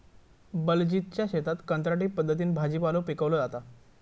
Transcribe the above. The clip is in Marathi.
बलजीतच्या शेतात कंत्राटी पद्धतीन भाजीपालो पिकवलो जाता